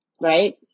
right